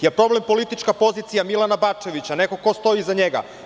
Jel problem politička pozicija Milana Bačevića, nekoga ko stoji iza njega?